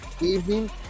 evening